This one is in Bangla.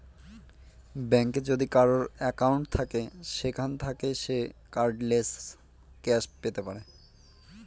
ব্যাঙ্কে যদি কারোর একাউন্ট থাকে সেখান থাকে সে কার্ডলেস ক্যাশ পেতে পারে